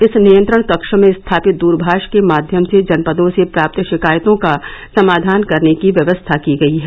इस नियंत्रण कक्ष में स्थापित दूरभाष के माध्यम से जनपदों से प्राप्त शिकायतों का समाधान करने की व्यवस्था की गई है